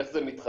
איך זה מתחלק?